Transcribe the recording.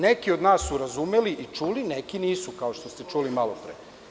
Neki od nas su razumeli i čuli, neki nisu, kao što ste čuli malopre.